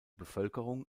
bevölkerung